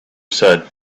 said